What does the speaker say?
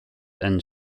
and